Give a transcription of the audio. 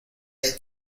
hay